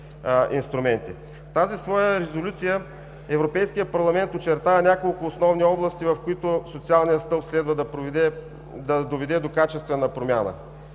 тази своя резолюция Европейският парламент очертава няколко основни области, в които социалният стълб следва да доведе до качествена промяна.